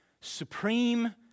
supreme